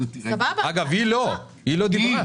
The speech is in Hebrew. אגב, היא לא, היא לא דיברה.